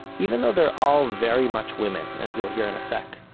even though they are all very much women, as you'll hear in a sec,